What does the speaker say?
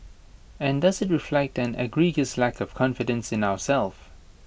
and does IT reflect an egregious lack of confidence in ourselves